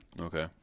Okay